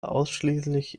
ausschließlich